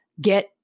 get